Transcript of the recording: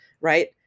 right